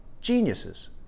geniuses